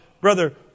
Brother